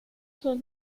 sus